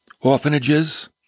orphanages